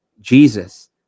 Jesus